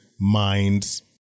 minds